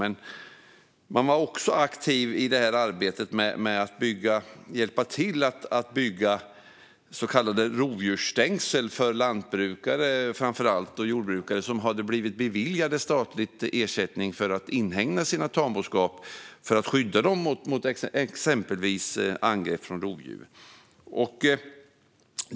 De var också aktiva i arbetet när det gäller hjälp till att bygga så kallade rovdjursstängsel för framför allt lantbrukare och jordbrukare som beviljats statlig ersättning för att inhägna sin tamboskap för att skydda dem mot exempelvis angrepp från rovdjur.